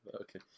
Okay